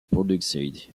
produced